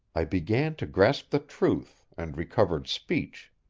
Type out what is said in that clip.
i began to grasp the truth, and recovered speech.